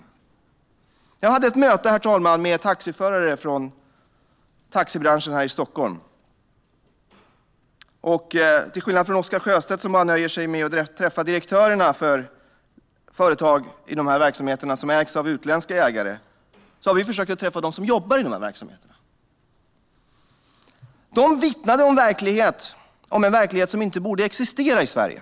Herr talman! Jag hade ett möte med taxiförare från taxibranschen här i Stockholm. Till skillnad från Oscar Sjöstedt, som bara nöjer sig med att träffa direktörerna för företag i dessa verksamheter som ägs av utländska ägare, har vi försökt att träffa dem som jobbar i verksamheterna. De vittnade om en verklighet som inte borde existera i Sverige.